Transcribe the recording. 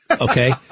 Okay